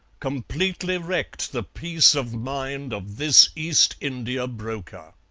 completely wrecked the peace of mind of this east india broker.